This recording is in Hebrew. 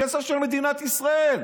כסף של מדינת ישראל.